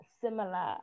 similar